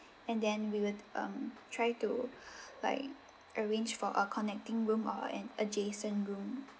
and then we will um try to like arrange for a connecting room or uh an adjacent room